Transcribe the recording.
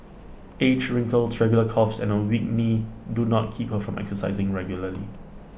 age wrinkles regular coughs and A weak knee do not keep her from exercising regularly